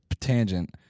Tangent